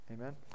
amen